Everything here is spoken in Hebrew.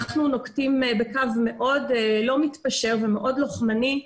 אנחנו נוקטים בקו מאוד לא מתפשר ומאוד לוחמני.